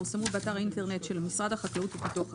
יפורסמו באתר האינטרנט של משרד החקלאות ופיתוח הכפר,